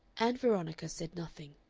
ann veronica said nothing.